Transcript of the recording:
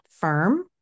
firm